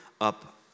up